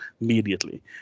immediately